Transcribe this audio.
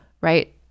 right